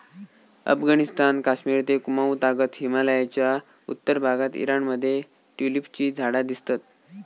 अफगणिस्तान, कश्मिर ते कुँमाउ तागत हिमलयाच्या उत्तर भागात ईराण मध्ये ट्युलिपची झाडा दिसतत